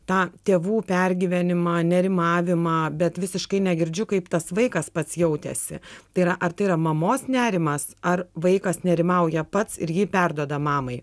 tą tėvų pergyvenimą nerimavimą bet visiškai negirdžiu kaip tas vaikas pats jautėsi tai yra ar tai yra mamos nerimas ar vaikas nerimauja pats ir jį perduoda mamai